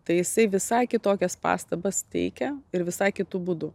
tai jisai visai kitokias pastabas teikia ir visai kitu būdu